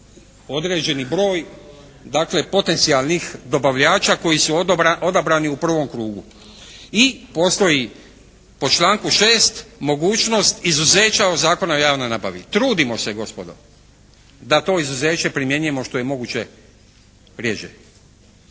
određeni broj, dakle potencijalnih dobavljača koji su odabrani u prvom krugu. I postoji po članku 6. mogućnost izuzeća ovog Zakona o javnoj nabavi. Trudimo se gospodo da to izuzeće primjenjujemo što je moguće rjeđe.